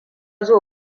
zai